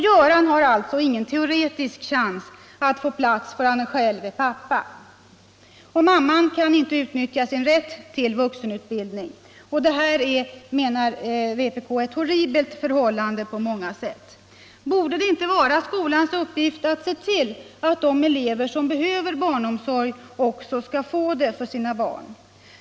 Göran har alltså ingen teoretisk chans att få en plats förrän han själv är pappa. Mamman kan inte utnyttja sin rätt till vuxenutbildning. Detta är, menar vpk, ett horribelt förhållande på många sätt. Borde det inte vara skolans uppgift att se till att de elever som behöver barnomsorg också får den för sina barn?